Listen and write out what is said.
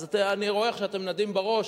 אז אני רואה שאתם נדים בראש,